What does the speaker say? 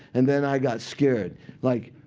and then i got scared like,